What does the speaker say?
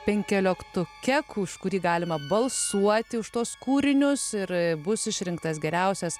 penkioliktuke už kurį galima balsuoti už tuos kūrinius ir bus išrinktas geriausias